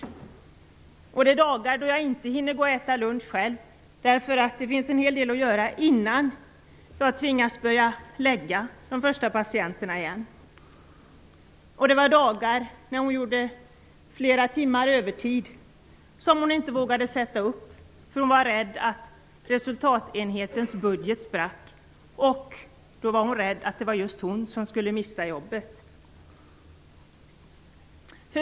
Det finns också dagar när hon själv inte hinner gå och äta lunch, eftersom det är en hel del att göra innan hon tvingas lägga de första patienterna igen. Det finns också dagar när hon gör flera timmar övertid som hon inte vågar sätta upp, eftersom hon var rädd för att resultatenhetens budget då skulle spricka och att i så fall kanske hon själv skulle mista jobbet.